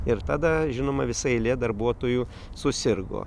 ir tada žinoma visa eilė darbuotojų susirgo